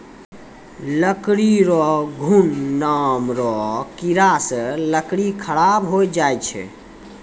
लकड़ी रो घुन नाम रो कीड़ा से लकड़ी खराब होय जाय छै